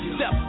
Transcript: Step